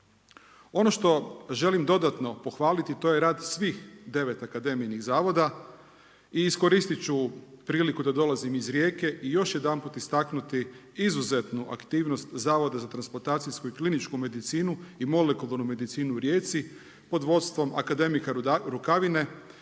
Ono što želim dodatno pohvaliti to je rad svih 9 Akademijinih zavoda i iskoristiti ću priliku da dolazim iz Rijeke i još jedanput istaknuti izuzetnu aktivnost zavoda za transplantacijsku i kliničku medinicu i molekularnu medicinu u Rijeci pod vodstvom akademika Rukavine